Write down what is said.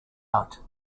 out